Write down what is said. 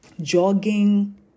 jogging